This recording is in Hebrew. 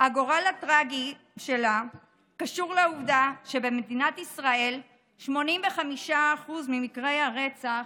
הגורל הטרגי שלה קשור לעובדה שבמדינת ישראל 85% ממקרי הרצח